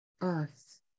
earth